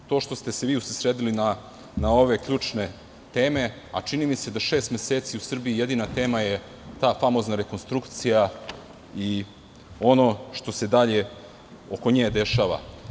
To što ste se vi usredsredili na ove ključne teme a čini mi se da šest meseci u Srbiji je jedina tema ta famozna rekonstrukcija i ono što se oko nje dešava.